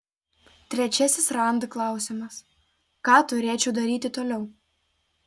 trečiasis rand klausimas ką turėčiau daryti toliau